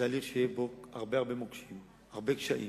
זה הליך שיהיו בו הרבה הרבה מוקשים, הרבה קשיים,